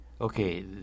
Okay